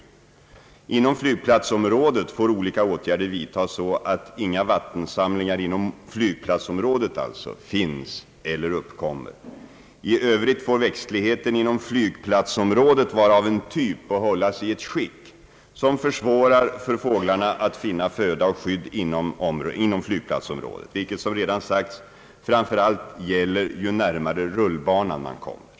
Inom flygplatsområdet får olika åtgärder vidtagas, så att inga vattensamlingar finns eller uppkommer där. I övrigt skall växtligheten inom flygplatsområdet vara av en typ och hållas i ett skick som gör det svårt för fåglarna att hitta föda och finna skydd där, vilket, som redan sagts, framför allt gäller ju närmare rullbanan man kommer.